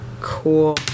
Cool